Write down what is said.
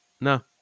No